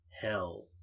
hell